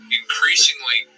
increasingly